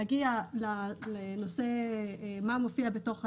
אנחנו נגיע לאותם סעיפים שתוקנו ב-74,